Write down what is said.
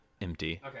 empty